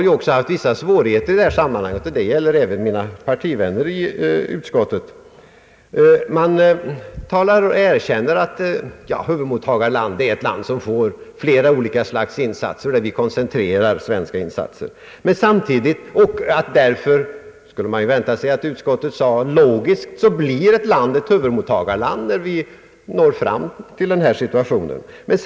Utskottet har haft vissa svårigheter i detta sammanhang, vilket också gäller för mina partivänner där. Man erkänner att ett huvudmottagarland är ett land som blir föremål för flera olika insatser och där svenska insatser koncentreras. Logiskt skulle då kunna förväntas att. utskottet förklarar att ett land kan uppfattas som huvudmottagarland när denna situation uppstår.